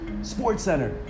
SportsCenter